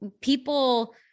people